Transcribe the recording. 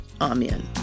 Amen